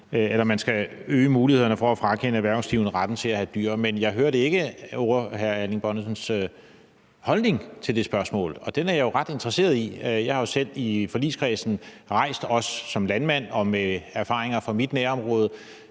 om man skal øge mulighederne for at frakende erhvervsdrivende retten til at have dyr. Men jeg hørte ikke hr. Erling Bonnesens holdning til det spørgsmål, og den er jeg jo ret interesseret i. Jeg har rejst det her behov i forligskredsen, og også som landmand og med erfaringer fra mit nærområde,